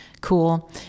cool